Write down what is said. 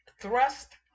Thrust